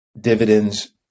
dividends